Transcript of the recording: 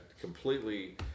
completely